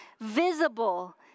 visible